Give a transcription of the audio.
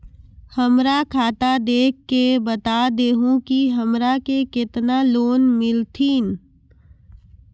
हमरा खाता देख के बता देहु के हमरा के केतना लोन मिलथिन?